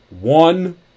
one